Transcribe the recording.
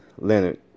Leonard